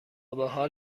بحال